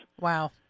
Wow